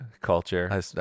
culture